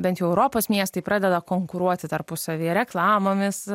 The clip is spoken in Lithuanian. bent jau europos miestai pradeda konkuruoti tarpusavyje reklamomis